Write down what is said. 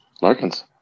Larkins